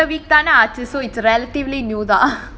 because so it's relatively new lah